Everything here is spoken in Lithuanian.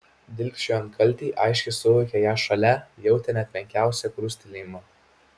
dilgčiojant kaltei aiškiai suvokė ją šalia jautė net menkiausią krustelėjimą